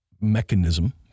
mechanism